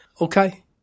Okay